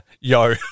Yo